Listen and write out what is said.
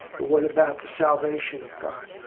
but what about the salvation of god?